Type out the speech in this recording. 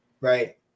right